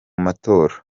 matora